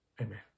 Amen